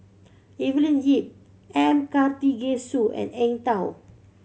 Evelyn Lip M Karthigesu and Eng Tow